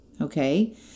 Okay